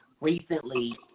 recently